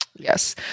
Yes